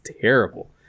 terrible